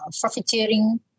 profiteering